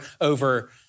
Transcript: over